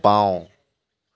বাওঁ